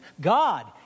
God